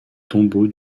tombeau